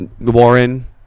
Warren